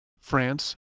France